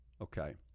Okay